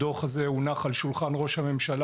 הדוח הונח על שולחן ראש הממשלה